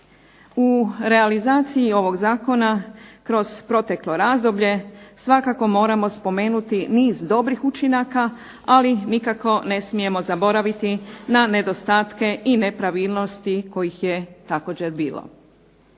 U realizaciji ovog zakona kroz proteklo razdoblje svakako moramo spomenuti niz dobrih učinaka, ali nikako ne smijemo zaboraviti na nedostatke i nepravilnosti kojih je također bilo.